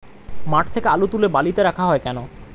মাঠ থেকে আলু তুলে বালিতে রাখা হয় কেন?